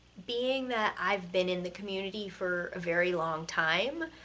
being that i've been in the community for a very long time,